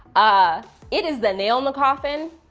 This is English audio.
ah it is the nail in the coffin,